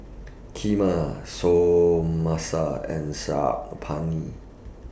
Kheema Samosa and Saag Paneer